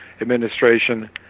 Administration